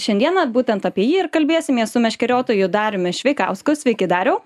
šiandieną būtent apie jį ir kalbėsimės su meškeriotoju dariumi šveikausku sveiki dariau